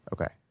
Okay